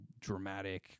dramatic